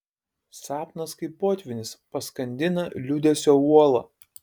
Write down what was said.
sapnas kaip potvynis paskandina liūdesio uolą